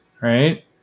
Right